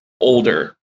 older